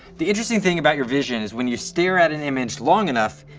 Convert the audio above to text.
the interesting thing about your vision is when you stare at an image long enough,